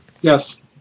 Yes